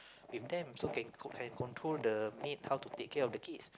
with them so can can control the maid how to take care of the kids